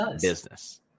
business